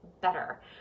better